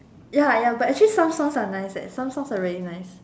ya ya but actually some songs are nice eh some songs are really nice